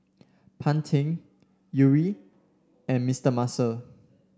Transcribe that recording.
Pantene Yuri and Mister Muscle